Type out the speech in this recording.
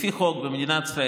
לפי חוק במדינת ישראל,